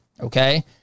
Okay